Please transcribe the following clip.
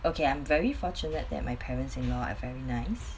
okay I'm very fortunate that my parents in law are very nice